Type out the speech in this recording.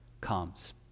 comes